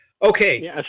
Okay